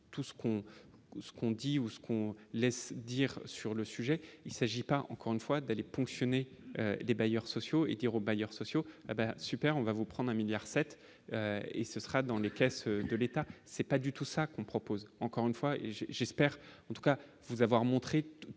qu'on ce qu'on dit ou ce qu'on laisse dire sur le sujet, il s'agit pas, encore une fois d'aller ponctionner les bailleurs sociaux hétéro bailleurs sociaux ah ben, super, on va vous prendre un 1000000000 7 et ce sera dans les caisses de l'État, c'est pas du tout ça, qu'on propose encore une fois et j'espère en tout cas vous avoir montré tout tout tout ce